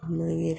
मागीर